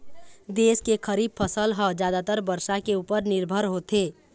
देश के खरीफ फसल ह जादातर बरसा के उपर निरभर होथे